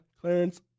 Clarence